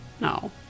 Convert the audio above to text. No